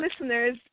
listeners